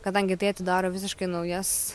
kadangi tai atidaro visiškai naujas